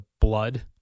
Blood